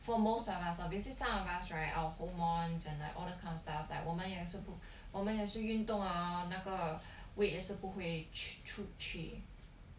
for most of us obviously some of us right our hormones and like all those kind of stuff like 我们也是不我们也是运动 orh 那个 weight 也是不会出去